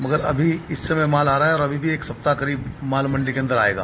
मगर अभी इस समय माल आ रहा है और अभी भी एक सप्ताह करीब माल मंडी के अन्दर आयेगा